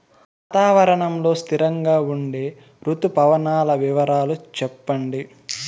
వాతావరణం లో స్థిరంగా ఉండే రుతు పవనాల వివరాలు చెప్పండి?